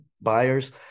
Buyers